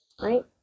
right